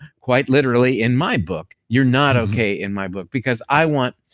quite literally in my book, you're not okay in my book, because i want